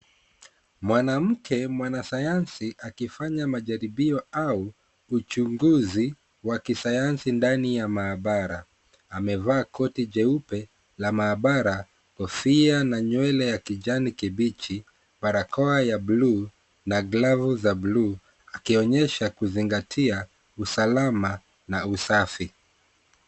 Mwanamke mwanasayansi, akifanya majaribio au uchunguzi wa kisayansi ndani ya maabara. Amevaa koti jeupe la maabara, kofia na nywele ya kijani kibichi barakoa ya bluu na glavu za bluu, akionyesha kuzingatia usalama na usafi.